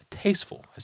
tasteful